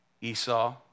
Esau